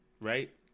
Right